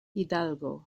hidalgo